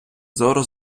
зору